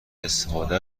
استفاده